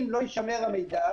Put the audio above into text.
אם לא יישמר המידע,